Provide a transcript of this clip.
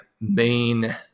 main